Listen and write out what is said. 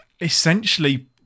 essentially